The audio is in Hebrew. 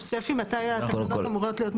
יש צפי מתי התקנות אמורות להיות מוגשות?